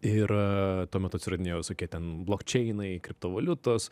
ir tuo metu atsiradinėjo visokie ten čeinai kriptovaliutos